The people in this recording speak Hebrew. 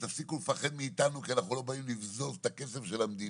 ותפסיקו לפחד מאיתנו כי אנחנו לא באים לבזוז את הכסף של המדינה.